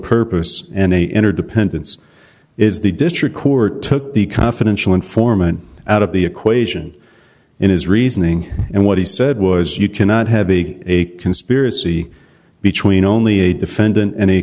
purpose and a interdependence is the district court took the confidential informant out of the equation in his reasoning and what he said was you cannot have a a conspiracy between only a defendant any